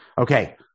Okay